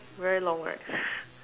very long right